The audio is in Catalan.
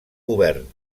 govern